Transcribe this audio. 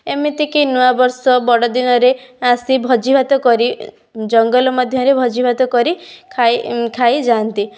ଏମିତିକି ନୂଆବର୍ଷରେ ବଡ଼ଦିନରେ ଆସି ଭୋଜି ଭାତ କରି ଜଙ୍ଗଲ ମଧ୍ୟରେ ଭୋଜି ଭାତ କରି ଖାଇ ଯାଆନ୍ତି